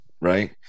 right